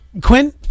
Quinn